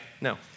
No